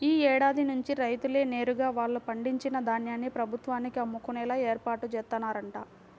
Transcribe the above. యీ ఏడాది నుంచి రైతులే నేరుగా వాళ్ళు పండించిన ధాన్యాన్ని ప్రభుత్వానికి అమ్ముకునేలా ఏర్పాట్లు జేత్తన్నరంట